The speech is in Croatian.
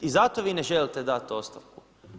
I zato vi ne želite dati ostavku.